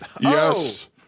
yes